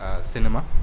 cinema